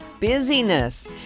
busyness